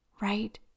right